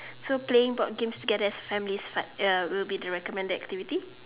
so playing board games together as a family is fun uh will be the recommended activity